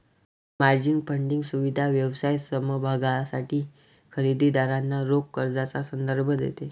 margin funding सुविधा व्यवसाय समभागांसाठी खरेदी दारांना रोख कर्जाचा संदर्भ देते